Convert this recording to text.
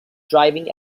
driving